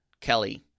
kelly